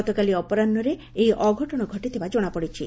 ଗତକାଲି ଅପରାହୁରେ ଏହି ଅଘଟଣ ଘଟିଥିବା ଜଣାପଡ଼ିଛି